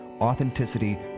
authenticity